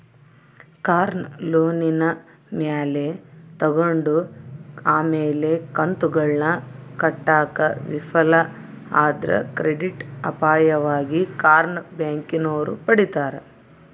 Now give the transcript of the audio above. ಕಾರ್ನ ಲೋನಿನ ಮ್ಯಾಲೆ ತಗಂಡು ಆಮೇಲೆ ಕಂತುಗುಳ್ನ ಕಟ್ಟಾಕ ವಿಫಲ ಆದ್ರ ಕ್ರೆಡಿಟ್ ಅಪಾಯವಾಗಿ ಕಾರ್ನ ಬ್ಯಾಂಕಿನೋರು ಪಡೀತಾರ